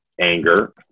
anger